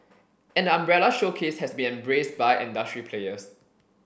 and the umbrella showcase has been embraced by industry players